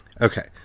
Okay